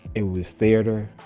it was theatre,